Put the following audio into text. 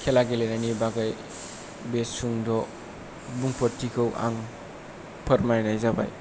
खेला गेलेनायनि बागै बे सुंद' बुंफोरथिखौ आं फोरमायनाय जाबाय